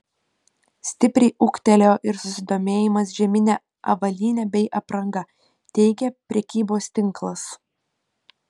stipriai ūgtelėjo ir susidomėjimas žiemine avalyne bei apranga teigia prekybos tinklas